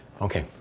okay